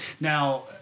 Now